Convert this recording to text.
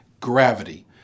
Gravity